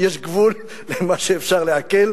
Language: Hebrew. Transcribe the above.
יש גבול למה שאפשר לעכל.